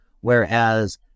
Whereas